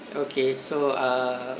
okay so uh